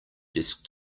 desk